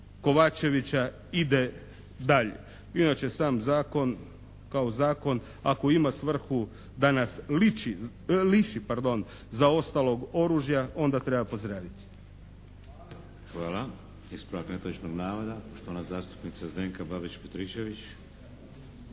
Kovačevića ide dalje. Inače, sam zakon kao zakon ako ima svrhu da nas liši zaostalog oružja onda treba pozdraviti. **Šeks, Vladimir (HDZ)** Hvala. Ispravak netočnog navoda poštovana zastupnica Zdenka Babić-Petričević.